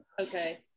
Okay